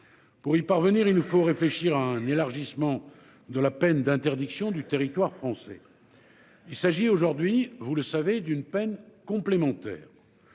Pour y parvenir, il nous faut réfléchir à un élargissement de la peine d'interdiction du territoire français. Il s'agit aujourd'hui vous le savez, d'une peine complémentaire.